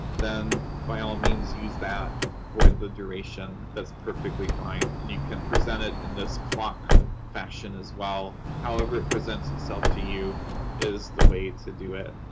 then by all means, use that for the duration. that's perfectly fine. and you can present it in this clock fashion, as well. however it presents itself to you is the way to do it.